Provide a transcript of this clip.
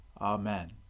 Amen